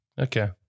Okay